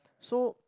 so